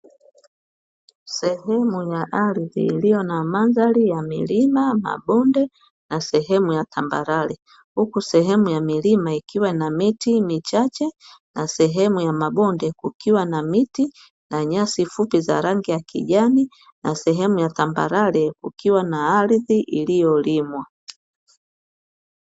Sehemu ya ardhi iliyo na mandhari ya milima, mabonde, na sehemu ya tambarare, huku sehemu ya milima ikiwa na miti michache, na sehemu ya mabonde kukiwa na miti na nyasi fupi za rangi ya kijani, na sehemu ya tambarare kukiwa na ardhi iliyolimwa.